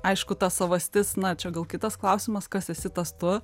aišku ta savastis na čia gal kitas klausimas kas esi tas tu